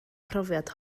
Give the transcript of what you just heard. profiad